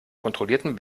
kontrollierten